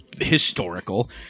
historical